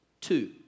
Two